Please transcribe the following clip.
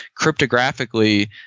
cryptographically